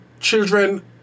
Children